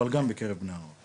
אבל גם בקרב בני הנוער.